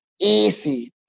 Easy